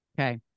Okay